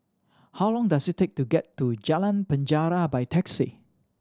how long does it take to get to Jalan Penjara by taxi